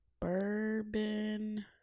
bourbon